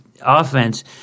offense